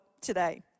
today